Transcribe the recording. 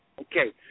Okay